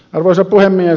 arvoisa puhemies